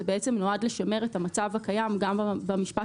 זה בעצם נועד לשמר את המצב הקיים גם במשפט